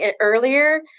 earlier